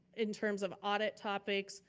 in terms of audit topics,